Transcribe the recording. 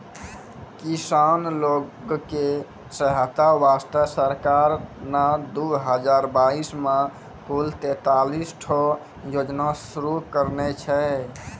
किसान लोग के सहायता वास्तॅ सरकार नॅ दू हजार बाइस मॅ कुल तेतालिस ठो योजना शुरू करने छै